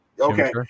Okay